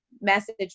message